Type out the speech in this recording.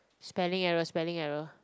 spelling error spelling error